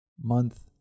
month